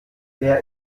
wer